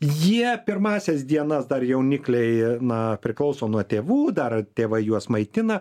jie pirmąsias dienas dar jaunikliai na priklauso nuo tėvų dar tėvai juos maitina